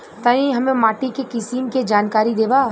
तनि हमें माटी के किसीम के जानकारी देबा?